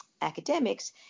academics